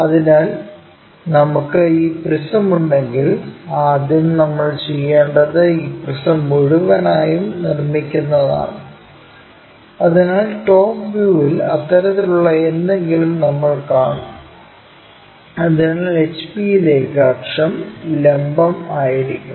അതിനാൽ നമുക്ക് ഈ പ്രിസം ഉണ്ടെങ്കിൽ ആദ്യം നമ്മൾ ചെയ്യേണ്ടത് ഈ പ്രിസം മുഴുവനായും നിർമ്മിക്കുന്നതാണ് അതിനാൽ ടോപ് വ്യൂവിൽ അത്തരത്തിലുള്ള എന്തെങ്കിലും നമ്മൾ കാണും അതിനാൽ HP യിലേക്ക് അക്ഷം ലംബം ആയിരിക്കും